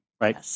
Right